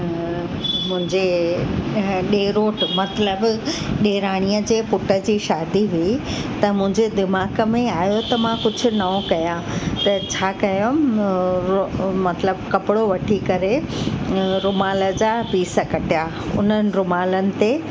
मुंहिंजे ॾेरोट मतिलबु ॾेराणीअ जे पुट जी शादी हुई त मुंहिंजे दिमाग़ में आहियो त मां कुझु नओं कया त छा कयमि उहो मतिलबु कपिड़ो वठी करे रूमाल जा पीस कटिया हुन रूमालनि ते